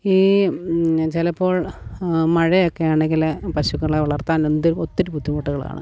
ഈ ചിലപ്പോൾ മഴയൊക്കെയാണെങ്കിൽ പശുക്കളെ വളർത്താനെന്ത് ഒത്തിരി ബുദ്ധിമുട്ടുകളാണ്